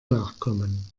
nachkommen